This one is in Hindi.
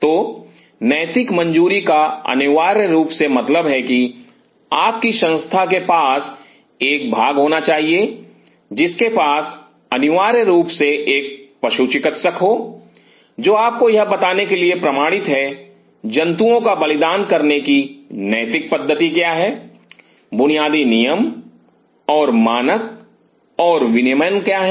तो नैतिक मंजूरी का अनिवार्य रूप से मतलब है कि आपकी संस्था के पास एक भाग होना चाहिए जिसके पास अनिवार्य रूप से एक पशु चिकित्सक हो जो आपको यह बताने के लिए प्रमाणित है जंतुओं का बलिदान करने की नैतिक पद्धति क्या है बुनियादी नियम और मानक और विनियमन क्या हैं